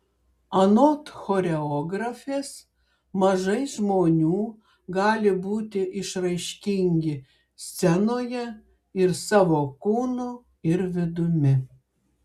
anot choreografės mažai žmonių gali būti išraiškingi scenoje ir savo kūnu ir vidumi